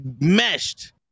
meshed